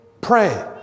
Pray